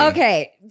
Okay